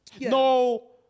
no